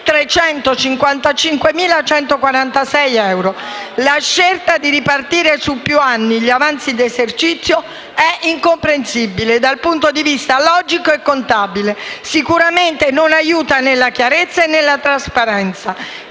12.355.146 euro. La scelta di ripartire su più anni gli avanzi d'esercizio è incomprensibile dal punto di vista logico e contabile; sicuramente non aiuta nella chiarezza e nella trasparenza,